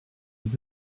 was